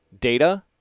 data